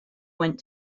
went